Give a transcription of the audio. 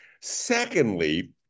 Secondly